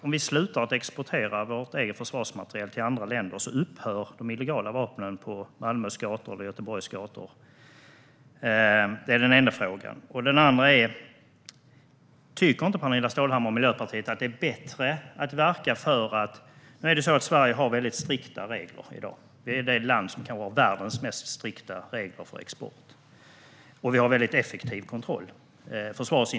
Om vi slutar att exportera vår egen försvarsmateriel till andra länder, tror Pernilla Stålhammar att de illegala vapnen på Malmös eller Göteborgs gator då upphör? Sverige har väldigt strikta regler. Det är kanske det land som har världens mest strikta regler för export. Vi har också en mycket effektiv kontroll.